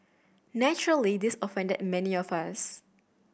naturally this offended many of us